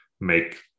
make